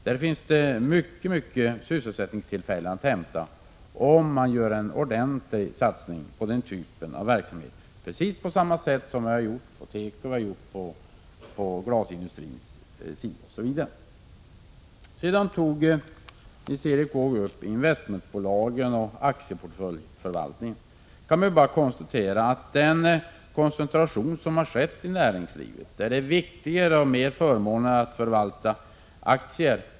Här finns många sysselsättningstillfällen att hämta om man gör en ordentlig satsning på den typen av verksamhet, precis på samma sätt som man gjort inom tekoindustrin, glasindustrin osv. Nils Erik Wååg behandlade sedan investmentbolagen och aktieportföljsförvaltningen. Vi måste komma till rätta med den koncentration som har skett i näringslivet, där det viktigaste och förmånligaste är att förvalta aktier.